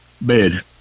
Bed